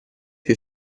più